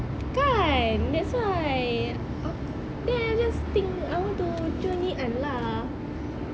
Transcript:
kan that's why aku then I just think I want to join ngee ann lah